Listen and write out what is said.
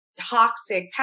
toxic